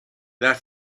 that